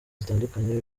zitandukanye